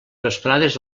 vesprades